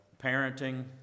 parenting